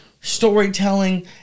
storytelling